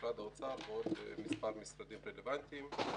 משרד האוצר ועוד מספר משרדים רלוונטיים.